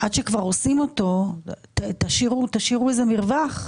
עד שכבר עושים אותו, תשאירו איזה מרווח.